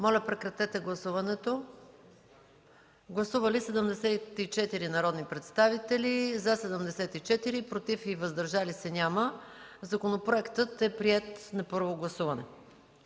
Моля, гласувайте. Гласували 97 народни представители: за 97, против и въздържали се няма. Законопроектът е приет на първо гласуване.